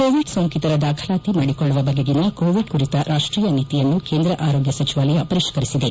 Covid ಸೋಂಕಿತರ ದಾಖಲಾತಿ ಮಾಡಿಕೊಳ್ಳುವ ಬಗೆಗಿನ ಕೋವಿಡ್ ಕುರಿತ ರಾಷ್ಲೀಯ ನೀತಿಯನ್ನು ಕೇಂದ್ರ ಆರೋಗ್ಯ ಸಚಿವಾಲಯ ಪರಿಷ್ಠರಿಸಿದೆ